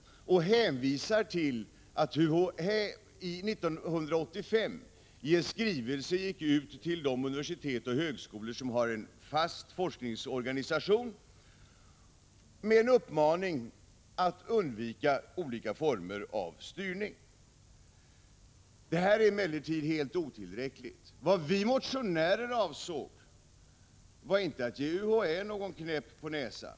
Man hänvisar till att UHÄ i en skrivelse 1985 gick ut till de universitet och högskolor som har en fast forskningsorganisation med uppmaningen att undvika olika former av styrning. Detta är emellertid helt otillräckligt. Vad vi motionärer avsåg var inte att ge UHÄ någon knäpp på näsan.